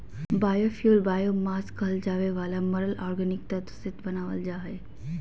biofuel biomass कहल जावे वाला मरल ऑर्गेनिक तत्व से बनावल जा हइ